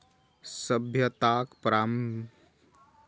सभ्यताक प्रारंभे सं लकड़ीक उपयोग ईंधन आ निर्माण समाग्रीक रूप मे होइत रहल छै